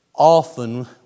Often